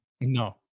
No